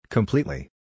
Completely